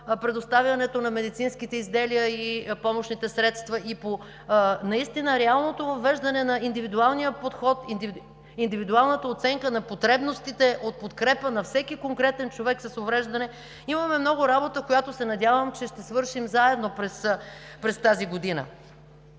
предоставянето на медицинските изделия и помощните средства, и по реалното въвеждане на индивидуалния подход, индивидуалната оценка на потребностите, от подкрепа на всеки конкретен човек с увреждане. Имаме много работа, която се надявам, че ще свършим заедно през тази година.